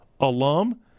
alum